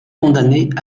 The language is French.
condamnés